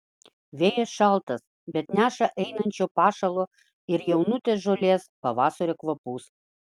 vėjas šaltas bet neša einančio pašalo ir jaunutės žolės pavasario kvapus